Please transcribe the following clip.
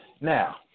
Now